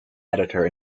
editor